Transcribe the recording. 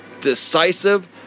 decisive